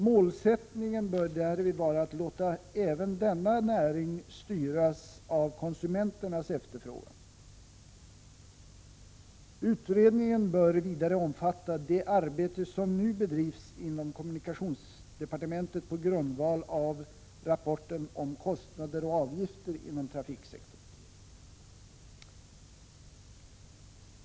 Målsättningen bör därvid vara att låta även denna näring styras av konsumenternas efterfrågan. Utredningen bör vidare omfatta det arbete som nu bedrivs inom kommunikationsdepartementet på grundval av rapporten Kostnader och avgifter inom trafiksektorn.